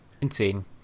Insane